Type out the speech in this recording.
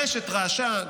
הרשת רעשה,